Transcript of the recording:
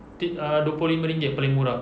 t~ uh dua puluh lima ringgit paling murah